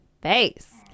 face